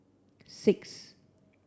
six